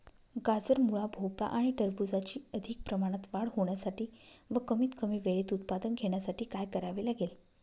गाजर, मुळा, भोपळा आणि टरबूजाची अधिक प्रमाणात वाढ होण्यासाठी व कमीत कमी वेळेत उत्पादन घेण्यासाठी काय करावे लागेल?